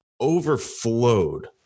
overflowed